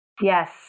yes